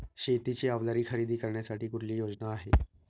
शेतीची अवजारे खरेदी करण्यासाठी कुठली योजना आहे?